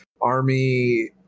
army